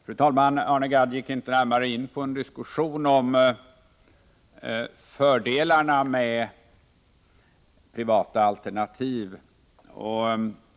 Fru talman! Arne Gadd gick inte närmare in på en diskussion om fördelarna med privata alternativ.